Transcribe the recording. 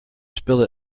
spill